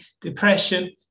depression